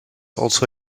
also